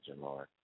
Lord